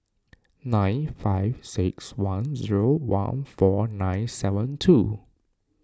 nine five six one zero one four nine seven two